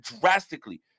drastically